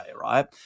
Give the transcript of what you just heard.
right